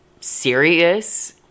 serious